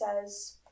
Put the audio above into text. says